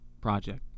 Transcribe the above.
project